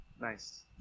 Nice